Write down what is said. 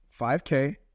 5k